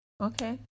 Okay